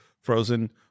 frozen